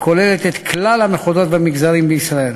הכוללת את כלל המחוזות והמגזרים בישראל.